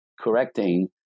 correcting